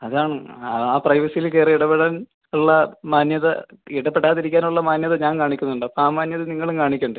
അതാണ് ആ പ്രൈവസീല് കയറി ഇടപെടാൻ ഉള്ള മാന്യത ഇടപെടാതിരിക്കാനുള്ള മാന്യത ഞാൻ കാണിക്കുന്നുണ്ട് അപ്പോൾ ആ മാന്യത നിങ്ങളും കാണിക്കേണ്ടേ